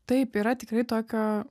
taip yra tikrai tokio